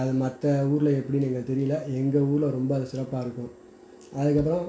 அது மற்ற ஊரில் எப்படின்னு எங்களுக்கு தெரியலை எங்கள் ஊரில் ரொம்ப அது சிறப்பாக இருக்கும் அதுக்கப்புறம்